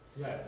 Yes